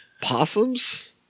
possums